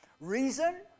Reason